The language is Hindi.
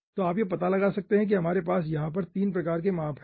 तो आप यह पता लगा सकते हैं कि आपके पास यहाँ पर 3 प्रकार के माप है